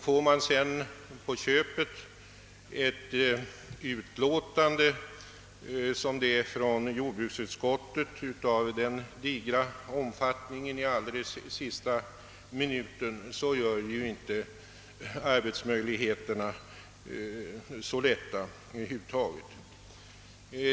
Får man sedan på köpet ett utlåtande av den digra omfattning som det som jordbruksutskottet har överlämnat till oss i allra sista minuten gör det inte arbetet lättare.